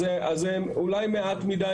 אז זה אולי מעט מדי,